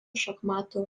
šachmatų